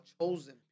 chosen